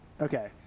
Okay